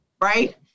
right